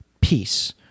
peace